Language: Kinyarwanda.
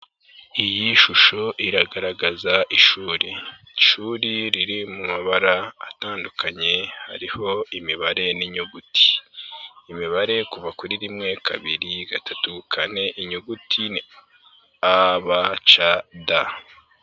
Iyi shusho iragaragaza ishuri, ishuri riri mu mabara atandukanye, hariho imibare n'inyuguti, imibare kuva kuri rimwe, kabiri, gatatu, kane, inyuguti a b c d.